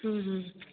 ਹਮ ਹਮ